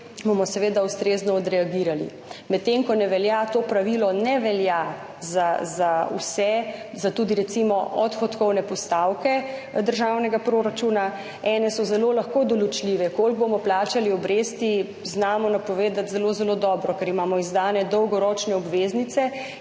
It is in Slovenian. bomo seveda ustrezno odreagirali. Medtem ko to pravilo ne velja za vse, tudi recimo za odhodkovne postavke državnega proračuna, ene so zelo lahko določljive, koliko bomo plačali obresti, znamo napovedati zelo zelo dobro, ker imamo izdane dolgoročne obveznice